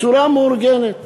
בצורה מאורגנת